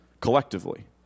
Collectively